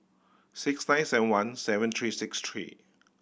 six nine seven one seven three six three